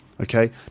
Okay